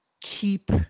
keep